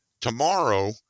tomorrow